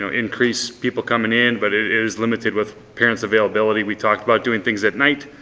ah increase people coming in but it is limited with parent's availability. we talked about doing things at night.